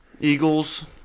Eagles